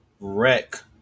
wreck